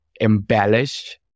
embellish